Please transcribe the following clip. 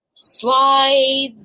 slides